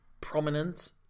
prominent